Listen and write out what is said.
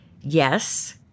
Yes